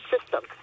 system